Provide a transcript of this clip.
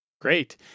Great